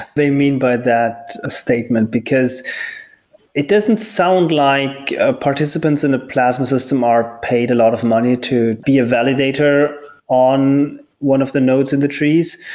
they mean by that ah statement, because it doesn't sound like ah participants in the plasma system are paid a lot of money to be a validator on one of the nodes in the trees.